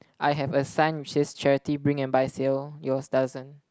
I have a sign which says charity bring and buy sale yours doesn't